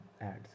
ads